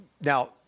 Now